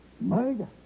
Murder